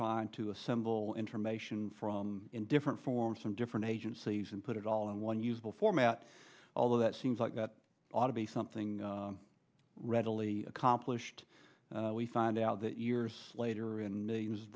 trying to assemble in terminations in different forms from different agencies and put it all in one usable format although that seems like that ought to be something readily accomplished we find out that years later and millions of